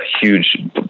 huge